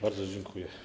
Bardzo dziękuję.